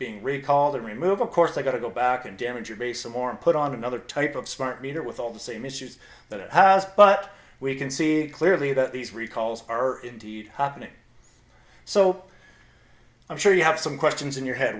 being recalled removed of course i got to go back and damage your base of more and put on another type of smart meter with all the same issues that house but we can see clearly that these recalls are indeed happening so i'm sure you have some questions in your head